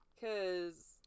Cause